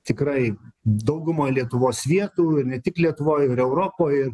tikrai daugumoj lietuvos vietų ir ne tik lietuvoj ir europoj